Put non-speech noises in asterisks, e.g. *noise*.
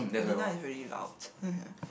Dina is really loud *laughs*